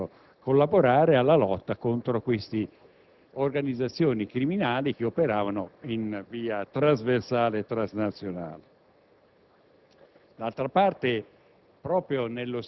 investigative comuni che potessero collaborare alla lotta contro le organizzazioni criminali che operavano in via trasversale e transnazionale.